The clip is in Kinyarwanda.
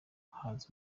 haza